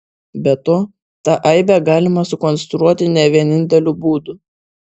be to tą aibę galima sukonstruoti ne vieninteliu būdu